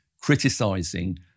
criticising